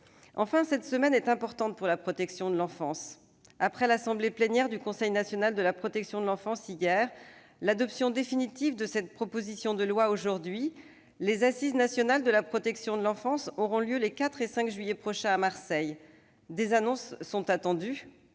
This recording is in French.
Enfin, cette semaine est importante pour la protection de l'enfance : après l'assemblée plénière du Conseil national de la protection de l'enfance, hier, l'adoption définitive de cette proposition de loi, aujourd'hui, les Assises nationales de la protection de l'enfance auront lieu les 4 et 5 juillet prochains à Marseille. Des annonces sont attendues